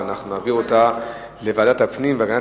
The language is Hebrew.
ואנחנו נעביר אותה לוועדת הפנים והגנת